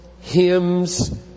hymns